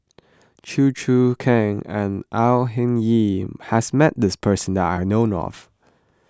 Chew Choo Keng and Au Hing Yee has met this person that I know of